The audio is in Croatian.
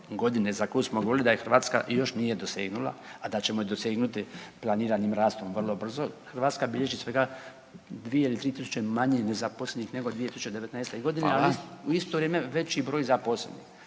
godine za koju smo govorili da je Hrvatska još nije dosegnula, a da ćemo je dosegnuti planiranim rastom vrlo brzo, Hrvatska bilježi svega dvije ili 3.000 manje nezaposlenih nego 2019.g., ali u isto vrijeme veći broj zaposlenih.